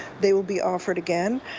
they will be offered again.